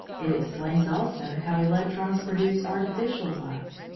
it explains also how electrons produce artificial light.